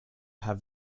have